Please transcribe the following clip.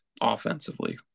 offensively